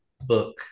book